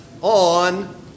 on